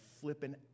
flipping